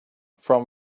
from